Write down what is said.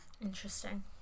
Interesting